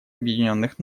объединенных